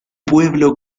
pueblo